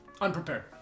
Unprepared